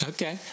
Okay